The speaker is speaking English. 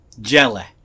jelly